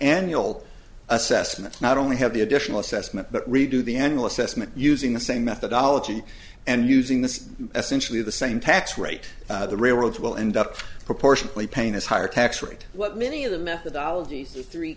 annual assessment not only have the additional assessment but redo the engle assessment using the same methodology and using the essentials of the same tax rate the railroads will end up proportionately pain is higher tax rate what many of the methodology three